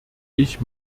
ich